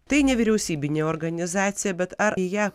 tai nevyriausybinė organizacija bet ar ją